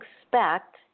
expect